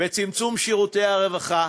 בצמצום שירותי הרווחה,